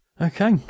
Okay